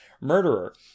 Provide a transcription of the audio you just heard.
murderer